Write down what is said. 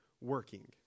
working